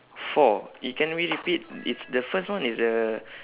four you can re~ repeat it's the first one is the